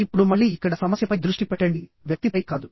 ఇప్పుడు మళ్ళీ ఇక్కడ సమస్యపై దృష్టి పెట్టండి వ్యక్తిపై కాదు